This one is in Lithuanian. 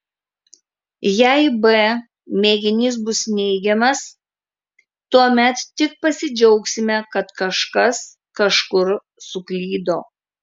jei b mėginys bus neigiamas tuomet tik pasidžiaugsime kad kažkas kažkur suklydo